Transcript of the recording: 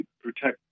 protect